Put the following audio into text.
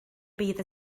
bydd